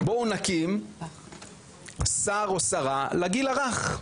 בואו נקים שר או שרה לגיל הרך.